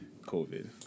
COVID